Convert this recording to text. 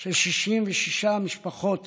של 66 משפחות